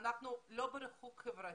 אנחנו לא בריחוק חברתי,